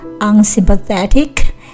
unsympathetic